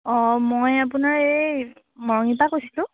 অঁ মই আপোনাৰ এই মৰঙীৰপৰা কৈছিলোঁ